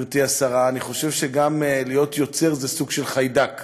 אני חושב שגם להיות יוצר זה סוג של חיידק